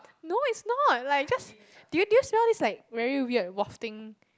no it's not like it's just do you do you smell this like very weird wafting